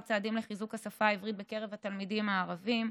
צעדים לחיזוק השפה העברית בקרב התלמידים הערבים,